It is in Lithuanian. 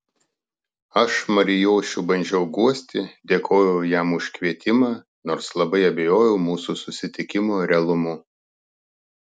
aš marijošių bandžiau guosti dėkojau jam už kvietimą nors labai abejojau mūsų susitikimo realumu